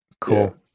Cool